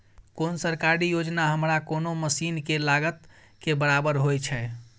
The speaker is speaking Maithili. कोन सरकारी योजना हमरा कोनो मसीन के लागत के बराबर होय छै?